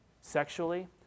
sexually